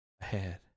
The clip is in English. ahead